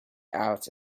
out